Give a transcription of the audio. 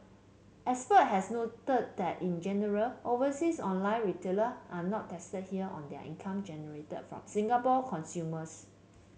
expert have noted that in general overseas online retailer are not taxed here on their income generated from Singapore consumers